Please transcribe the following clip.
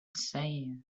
sands